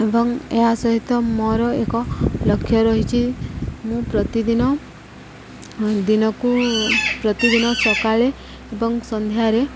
ଏବଂ ଏହା ସହିତ ମୋର ଏକ ଲକ୍ଷ୍ୟ ରହିଛି ମୁଁ ପ୍ରତିଦିନ ଦିନକୁ ପ୍ରତିଦିନ ସକାଳେ ଏବଂ ସନ୍ଧ୍ୟାରେ